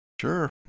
Sure